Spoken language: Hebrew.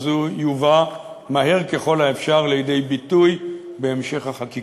הוא יובא מהר ככל האפשר לידי ביטוי בהמשך החקיקה.